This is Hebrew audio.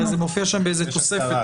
הרי זה מופיע שם באיזה שהיא תוספת.